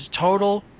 total